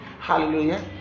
Hallelujah